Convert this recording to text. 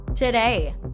today